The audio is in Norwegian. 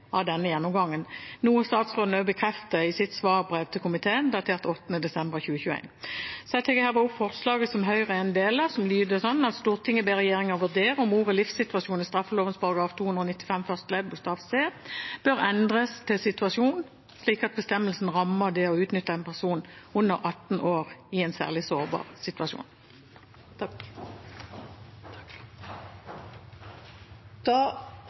av denne gjennomgangen, noe statsråden også bekrefter i sitt svarbrev til komiteen datert 8. desember 2021. Jeg anbefaler herved tilrådingen, som lyder: «Stortinget ber regjeringen vurdere om ordet «livssituasjon» i straffeloven § 295 første ledd bokstav c bør endres til «situasjon», slik at bestemmelsen rammer det «å utnytte en person under 18 år i en særlig sårbar situasjon».